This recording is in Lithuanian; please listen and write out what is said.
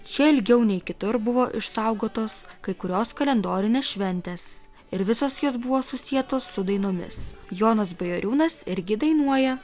čia ilgiau nei kitur buvo išsaugotos kai kurios kalendorinės šventės ir visos jos buvo susietos su dainomis jonas bajoriūnas irgi dainuoja